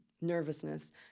nervousness